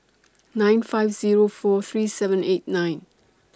nine five Zero four three seven eight nine